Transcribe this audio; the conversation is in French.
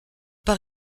pas